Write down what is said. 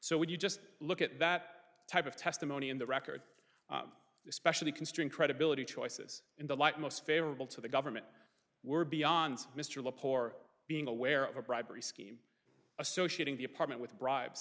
so would you just look at that type of testimony in the record especially considering credibility choices in the light most favorable to the government were beyond mr lapore being aware of a bribery scheme associate in the apartment with bribes